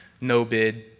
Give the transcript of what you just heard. no-bid